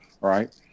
right